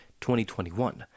2021